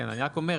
אני רק אומר,